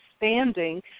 expanding